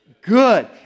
good